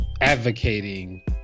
advocating